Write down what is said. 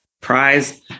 prize